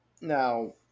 Now